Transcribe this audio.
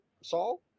Saul